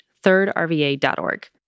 thirdrva.org